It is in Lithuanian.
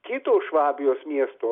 kito švabijos miesto